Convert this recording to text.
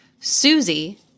Susie